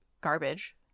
garbage